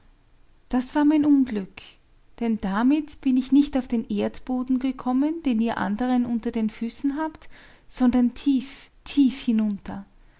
das war mein unglück denn damit bin ich nicht auf den erdenboden gekommen den ihr anderen unter den füßen habt sondern tief tief hinunter